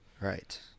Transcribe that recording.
Right